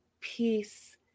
peace